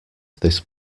this